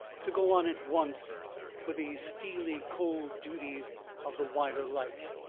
to go on at once with these steely cold duties of the wider life.